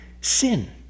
sin